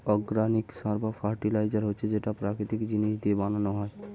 organic সার বা fertiliser হচ্ছে যেটা প্রাকৃতিক জিনিস দিয়ে বানানো হয়